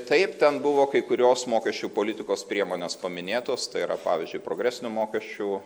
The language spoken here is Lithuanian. taip ten buvo kai kurios mokesčių politikos priemonės paminėtos tai yra pavyzdžiui progresinių mokesčių